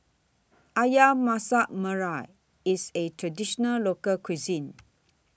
Ayam Masak Merah IS A Traditional Local Cuisine